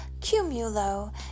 Cumulo